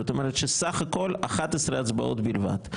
זאת אומרת, סך הכול 11 הצבעות בלבד.